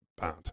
bad